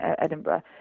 Edinburgh